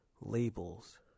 labels